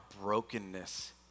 brokenness